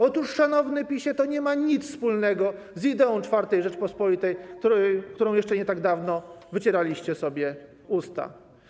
Otóż szanowny PiS-ie, to nie ma nic wspólnego z ideą IV Rzeczypospolitej, którą jeszcze nie tak dawno wycieraliście sobie usta.